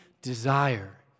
desire